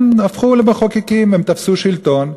הם הפכו למחוקקים, הם תפסו שלטון,